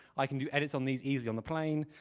i can do edits on these easy on the plane,